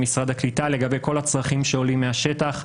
משרד הקליטה לגבי כל הצרכים שעולים מהשטח,